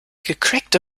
gecrackte